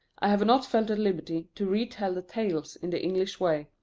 i have not felt at liberty to re-tell the tales in the english way.